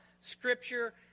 scripture